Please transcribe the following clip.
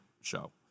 show